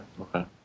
Okay